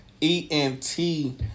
E-N-T